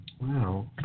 Wow